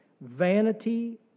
vanity